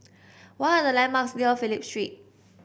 what are the landmarks near Phillip Street